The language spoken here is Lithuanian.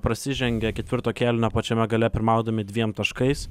prasižengė ketvirto kėlinio pačiame gale pirmaudami dviem taškais